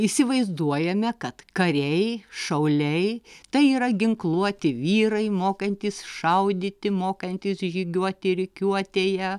įsivaizduojame kad kariai šauliai tai yra ginkluoti vyrai mokantys šaudyti mokantys žygiuoti rikiuotėje